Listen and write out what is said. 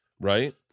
right